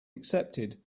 accepted